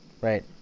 Right